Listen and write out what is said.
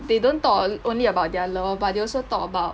they don't talk only about their love but they also talk about